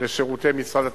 לשירותי משרד התחבורה.